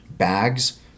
bags